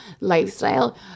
lifestyle